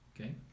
okay